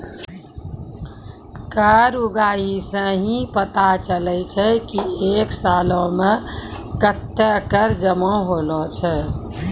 कर उगाही सं ही पता चलै छै की एक सालो मे कत्ते कर जमा होलो छै